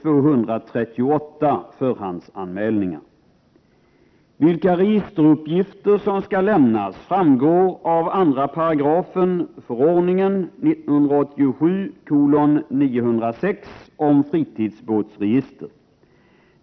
Vilka registeruppgifter som skall lämnas framgår av 2 § förordningen om fritidsbåtsregister.